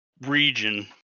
region